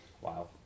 Wow